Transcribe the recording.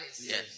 Yes